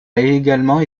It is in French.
également